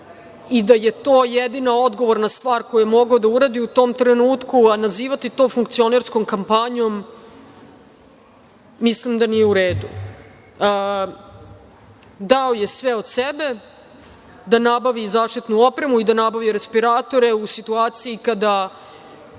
i da je to jedina odgovorna stvar koju je mogao da uradi u tom trenutku. Nazivati to funkcionerskom kampanjom mislim da nije u redu. Dao je sve od sebe da nabavi zaštitnu opremu, da nabavi respiratore u situaciji kada